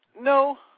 No